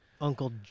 Uncle